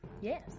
yes